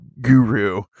guru